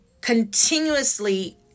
continuously